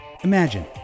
imagine